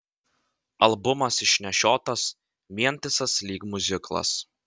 albumas išnešiotas vientisas lyg miuziklas